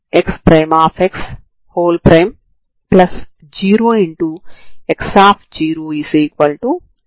కాబట్టి మీరు u2ξξ u2ξξ0 ని కలిగి వున్నారు